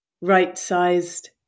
right-sized